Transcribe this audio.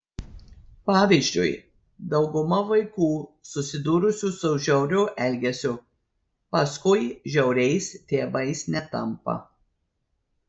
pavyzdžiui dauguma vaikų susidūrusių su žiauriu elgesiu paskui žiauriais tėvais netampa